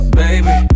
baby